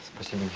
proceed?